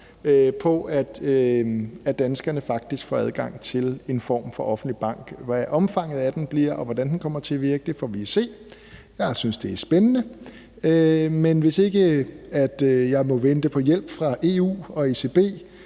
på, at danskerne faktisk får adgang til en form for offentlig bank. Hvad omfanget af den bliver, og hvordan den kommer til at virke, får vi at se. Jeg synes, det er spændende, men hvis jeg ikke kan vente nogen hjælp fra EU og ECB,